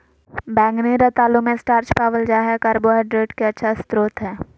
बैंगनी रतालू मे स्टार्च पावल जा हय कार्बोहाइड्रेट के अच्छा स्रोत हय